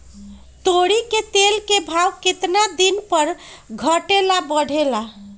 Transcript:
तोरी के तेल के भाव केतना दिन पर घटे ला बढ़े ला?